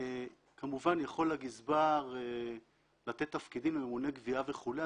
כמובן יכול הגזבר לתת תפקידים לממונה גבייה וכולי.